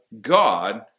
God